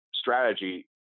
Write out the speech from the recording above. strategy